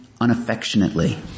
unaffectionately